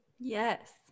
Yes